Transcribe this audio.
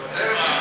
מוותר.